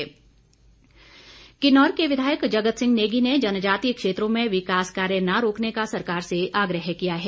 जगत सिंह नेगी किन्नौर के विधायक जगत सिंह नेगी ने जनजातीय क्षेत्रों में विकास कार्य न रोकने का सरकार से आग्रह किया है